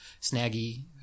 snaggy